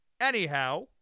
Anyhow